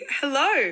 hello